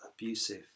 abusive